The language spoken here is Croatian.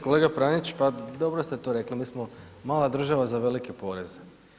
Kolega Pranić, pa dobro ste to rekli, mi smo mala država za velike poreze.